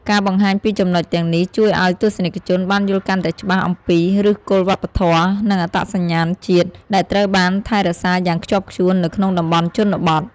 ការបង្ហាញពីចំណុចទាំងនេះ ជួយឱ្យទស្សនិកជនបានយល់កាន់តែច្បាស់អំពី ឫសគល់វប្បធម៌ និងអត្តសញ្ញាណជាតិ ដែលត្រូវបានថែរក្សាយ៉ាងខ្ជាប់ខ្ជួននៅក្នុងតំបន់ជនបទ។